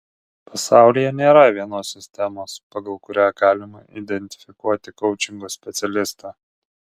pasaulyje nėra vienos sistemos pagal kurią galima identifikuoti koučingo specialistą